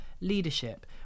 leadership